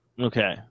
Okay